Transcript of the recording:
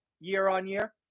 year-on-year